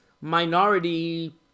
minority